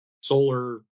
solar